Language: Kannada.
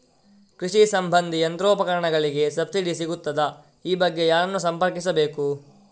ಕೃಷಿ ಸಂಬಂಧಿ ಯಂತ್ರೋಪಕರಣಗಳಿಗೆ ಸಬ್ಸಿಡಿ ಸಿಗುತ್ತದಾ? ಈ ಬಗ್ಗೆ ಯಾರನ್ನು ಸಂಪರ್ಕಿಸಬೇಕು?